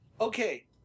Okay